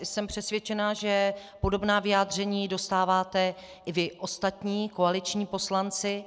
Jsem přesvědčena, že podobná vyjádření dostáváte i vy ostatní koaliční poslanci.